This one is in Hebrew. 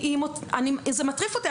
זה מטריף אותי,